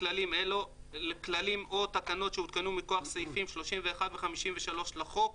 כללים או תקנות שהותקנו מכוח סעיפים 31 ו-53 לחוק,